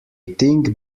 thing